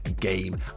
Game